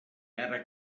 ara